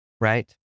right